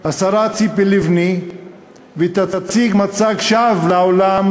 השרה ציפי לבני ותציג מצג שווא לעולם,